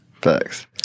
Thanks